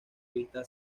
vista